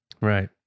Right